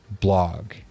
blog